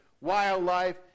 wildlife